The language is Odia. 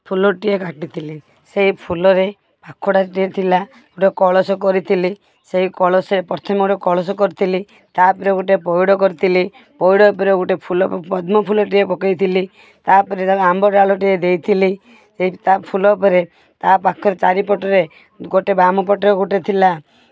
ଫୁଲଟିଏ କାଟିଥିଲି ସେଇ ଫୁଲରେ ପାଖୁଡ଼ାଟିଏ ଥିଲା ଗୋଟିଏ କଳସ କରିଥିଲି ସେଇ କଳସରେ ପ୍ରଥମେ ଗୋଟେ କଳସ କରିଥିଲି ତା'ପରେ ଗୋଟେ ପଇଡ଼ କରିଥିଲି ପଇଡ଼ ଉପରେ ଗୋଟେ ଫୁଲ ପଦ୍ମଫୁଲଟିଏ ପକାଇଥିଲି ତା'ପରେ ଆମ୍ବ ଡାଳଟିଏ ଦେଇଥିଲି ସେଇଟି ତା ଫୁଲ ଉପରେ ତା ପାଖରେ ଚାରିପଟରେ ଗୋଟେ ବାମ ପଟରେ ଗୋଟେ ଥିଲା